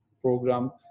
program